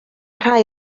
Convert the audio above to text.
rhai